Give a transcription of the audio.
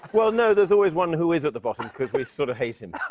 well, no. there's always one who is at the bottom, because we sort of hate him.